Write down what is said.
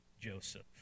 Joseph